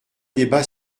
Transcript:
débat